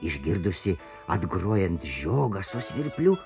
išgirdusi atgrojant žiogą su svirpliu